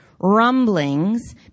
rumblings